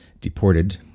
deported